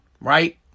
right